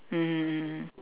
mmhmm mm